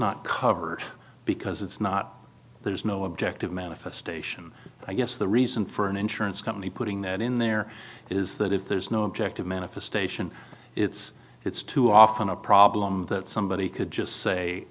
not covered because it's not there's no objective manifestation i guess the reason for an insurance company putting that in there is that if there's no objective manifestation it's it's too often a problem that somebody could just say